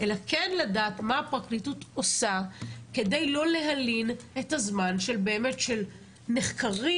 אלא כן לדעת מה הפרקליטות עושה כדי לא להלין את הזמן באמת של נחקרים,